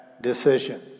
decision